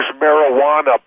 marijuana